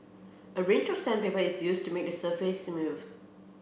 a range of sandpaper is used to make the surface smooth